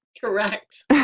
Correct